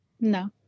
no